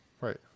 Right